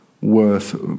worth